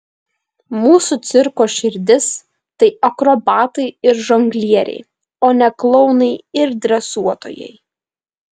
mūsų cirko širdis tai akrobatai ir žonglieriai o ne klounai ir dresuotojai